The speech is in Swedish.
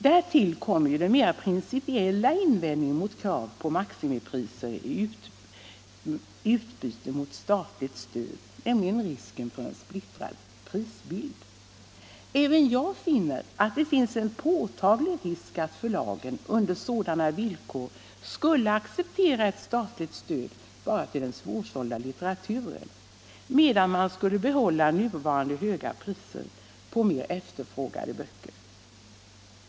Därtill kommer en mer principiell invändning mot krav på maximipriser i utbyte mot statligt stöd, nämligen risken för en splittrad prisbild. Även jag finner att det föreligger en påtaglig risk att förlagen under sådana villkor skulle acceptera ett statligt stöd bara för den svårsålda litteraturen, medan man skulle behålla nuvarande höga priser på mer efterfrågade böcker.